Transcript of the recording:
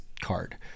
card